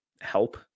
help